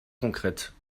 concrètes